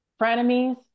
frenemies